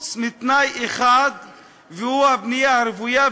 חוץ מתנאי אחד והוא הבנייה הרוויה.